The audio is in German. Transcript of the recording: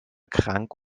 krank